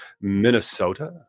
Minnesota